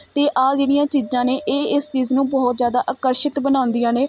ਅਤੇ ਆਹ ਜਿਹੜੀਆਂ ਚੀਜ਼ਾਂ ਨੇ ਇਹ ਇਸ ਚੀਜ਼ ਨੂੰ ਬਹੁਤ ਜ਼ਿਆਦਾ ਆਕਰਸ਼ਿਤ ਬਣਾਉਂਦੀਆਂ ਨੇ